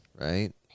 right